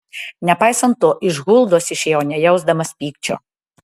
nepaisant to iš huldos išėjau nejausdamas pykčio